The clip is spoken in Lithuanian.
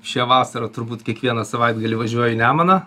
šią vasarą turbūt kiekvieną savaitgalį važiuoju į nemuną